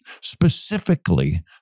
specifically